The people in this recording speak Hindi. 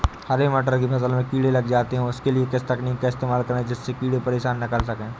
हरे मटर की फसल में कीड़े लग जाते हैं उसके लिए किस तकनीक का इस्तेमाल करें जिससे कीड़े परेशान ना कर सके?